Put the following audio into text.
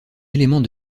éléments